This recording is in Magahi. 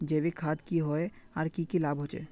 जैविक खाद की होय आर की की लाभ होचे?